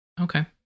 Okay